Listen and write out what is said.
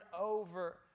over